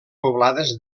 poblades